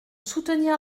soutenir